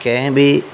कंहिं बि